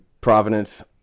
Providence